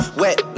wet